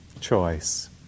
choice